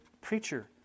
preacher